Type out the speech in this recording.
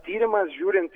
tyrimas žiūrint